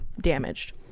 damaged